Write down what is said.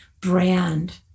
brand